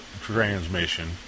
transmission